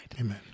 Amen